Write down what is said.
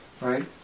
right